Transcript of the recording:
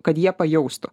kad jie pajaustų